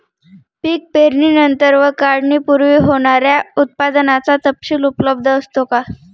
पीक पेरणीनंतर व काढणीपूर्वी होणाऱ्या उत्पादनाचा तपशील उपलब्ध असतो का?